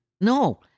No